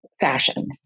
fashion